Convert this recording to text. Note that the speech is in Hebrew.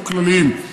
או כלליים.